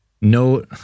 no